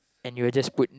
and you will just put